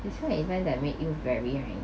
describe an event that make you very